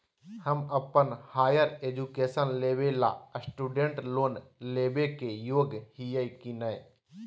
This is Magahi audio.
हम अप्पन हायर एजुकेशन लेबे ला स्टूडेंट लोन लेबे के योग्य हियै की नय?